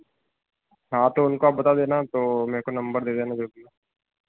हाँ तो उनको आप बता देना तो मेरे को नंबर दे देना जो भी हो